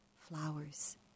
flowers